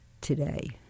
today